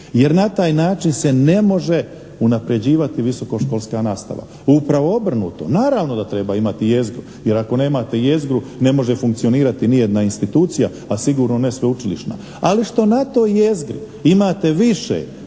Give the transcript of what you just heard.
jer na taj način se ne može unapređivati visokoškolska nastava, upravo obrnuto. Naravno da treba imati jezgru, jer ako nemate jezgru ne može funkcionirati nijedna institucija, a sigurno ne sveučilišna. Ali što na toj jezgri imate više